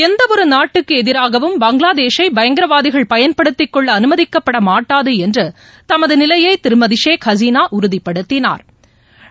எந்தஒருநாட்டுக்குஎதிராகவும் பங்களாதேஷை பயங்கரவாதிகள் பயன்படுத்திக்கொள்ள அனுமதிக்கப்படமாட்டாதுஎன்றதமதுநிலையைதிருமதிஷேக் ஹசீனாஉறுதிப்படுத்தினாா்